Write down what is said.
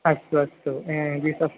अस्तु अस्तु द्विसहस्रम्